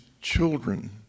children